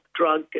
drug